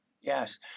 Yes